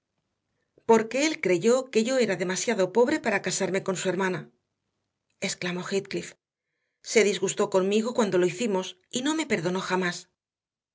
disgustada porque él creyó que yo era demasiado pobre para casarme con su hermana exclamó heathcliff se disgustó conmigo cuando lo hicimos y no me perdonó jamás